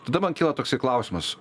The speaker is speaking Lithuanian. tada man kyla toksai klausimas